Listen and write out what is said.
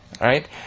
right